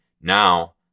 Now